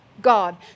God